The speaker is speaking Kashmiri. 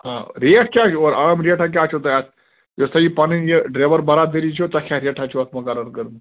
آ ریٹ کیٛاہ چھِ اورٕ عام ریٹھا کیٛاہ چھَو تۄہہِ اَتھ یۄس تۄہہِ پَنٕنۍ یہِ ڈریوَر برادٔری چھَو تۄہہِ کیٛاہ ریٹھا چھَو اَتھ مقرر کٔرٕمژ